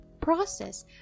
process